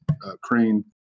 Crane